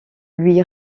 lui